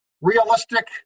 realistic